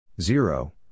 Zero